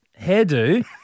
hairdo